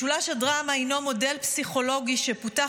משולש הדרמה הינו מודל פסיכולוגי שפותח